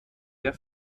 der